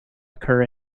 occur